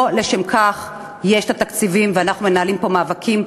לא לשם כך יש תקציבים ואנחנו מנהלים פה מאבקים.